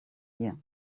year